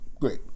Great